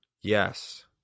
Yes